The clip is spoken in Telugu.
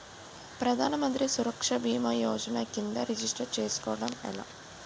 ప్రధాన మంత్రి సురక్ష భీమా యోజన కిందా రిజిస్టర్ చేసుకోవటం ఎలా?